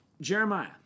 Jeremiah